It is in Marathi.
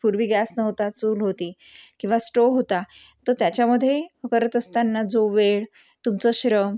पूर्वी गॅस नव्हता चूल होती किवा स्टोव्ह होता तर त्याच्यामध्ये करत असताना जो वेळ तुमचं श्रम